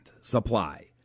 supply